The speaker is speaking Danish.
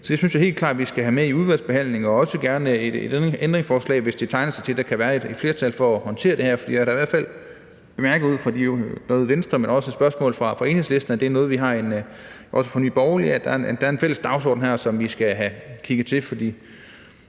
Så det synes jeg helt klart vi skal have med i udvalgsbehandlingen, også gerne et ændringsforslag, hvis det tegner til, at der kan være et flertal for at håndtere det her. Jeg har da i hvert fald bemærket ud fra spørgsmål fra Venstre, men også fra Enhedslisten og Nye Borgerlige, at der er en fælles dagsorden her, som vi skal have kigget på. For